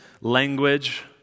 language